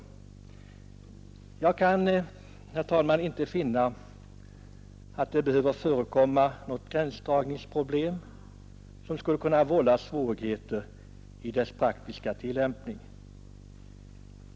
Jag kan, herr talman, inte finna att det behöver förekomma något gränsdragningsproblem som skulle kunna vålla svårigheter i den praktiska tillämpningen.